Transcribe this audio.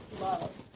love